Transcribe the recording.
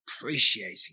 appreciating